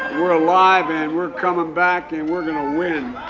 we're alive, and we're coming back, and we're going to win